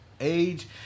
age